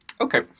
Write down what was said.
Okay